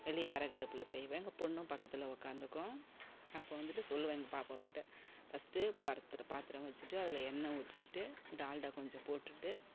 வெளியே விறகு அடுப்பில் செய்வேன் எங்கள் பெண்ணும் பக்கத்தில் உக்காந்துக்கும் அப்போ வந்துட்டு சொல்வேன் எங்கள் பாப்பா கிட்ட ஃபஸ்ட்டு பாத்திரம் பாத்திரம் வச்சுட்டு அதில் எண்ணெய் ஊற்றிட்டு டால்டா கொஞ்சம் போட்டுவிட்டு